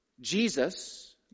Jesus